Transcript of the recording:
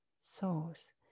souls